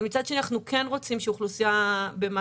אבל מצד שני אנחנו כן רוצים שאוכלוסייה במעמד